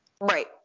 Right